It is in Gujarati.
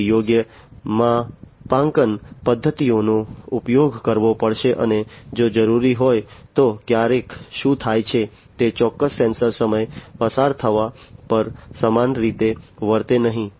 પછી યોગ્ય માપાંકન પદ્ધતિઓનો ઉપયોગ કરવો પડશે અને જો જરૂરી હોય તો ક્યારેક શું થાય છે તે ચોક્કસ સેન્સર સમય પસાર થવા પર સમાન રીતે વર્તે નહીં